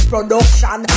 Production